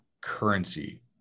currency